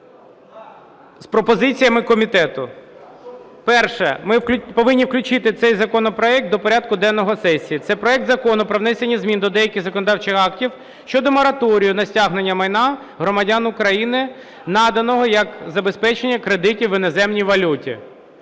з пропозиціями комітету. Перше. Ми повинні включити цей законопроект до порядку денного сесії. Це проект Закону про внесення змін до деяких законодавчих актів щодо мораторію на стягнення майна громадян України, наданого як забезпечення кредитів в іноземній валюті